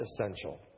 essential